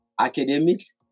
academics